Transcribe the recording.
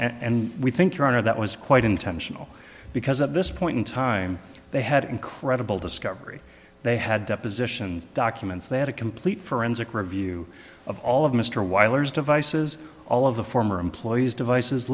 and we think your honor that was quite intentional because at this point in time they had incredible discovery they had depositions documents they had a complete forensic review of all of mr wyler's devices all of the former employees devices